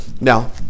Now